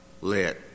let